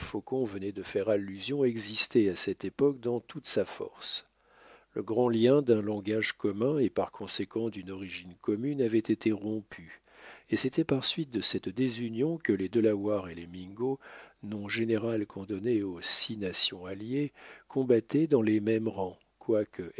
venait de faire allusion existait à cette époque dans toute sa force le grand lien d'un langage commun et par conséquent d'une origine commune avait été rompu et c'était par suite de cette désunion que les delawares et les mingos nom général qu'on donnait aux six nations alliées combattaient dans les mêmes rangs quoique